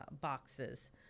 boxes